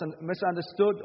misunderstood